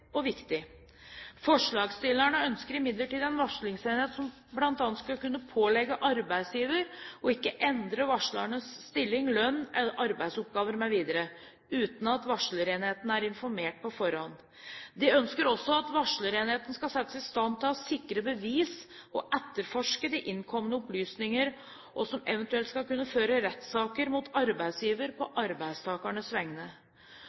og viktig. Forslagsstillerne ønsker imidlertid en varslingsenhet som bl.a. skal kunne pålegge arbeidsgiver ikke å endre varslerens stilling, lønn, arbeidsoppgaver mv. uten at varslerenheten er informert på forhånd. De ønsker også at varslerenheten skal settes i stand til å sikre bevis og etterforske de innkomne opplysninger, og eventuelt kunne føre rettssaker mot arbeidsgiver på arbeidstakernes vegne.